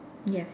yes